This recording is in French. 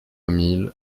mille